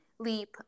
Leap